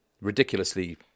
ridiculously